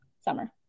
summer